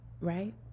right